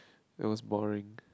it was boring